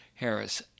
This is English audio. Harris